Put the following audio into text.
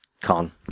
con